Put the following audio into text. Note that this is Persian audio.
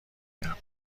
کرد